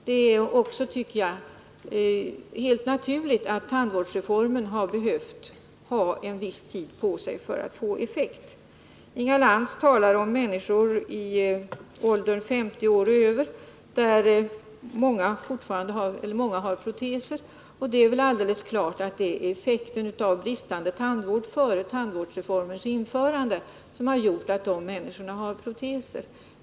Det är också, tycker jag, helt naturligt att tandvårdsreformen behövt ha en viss tid på sig för att få effekt. Inga Lantz talar om att många människor i åldern 50 år och däröver har proteser. Det är alldeles klart att det är bristande tandvård före tandvårdsreformens införande som gjort att de människorna har proteser.